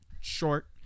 short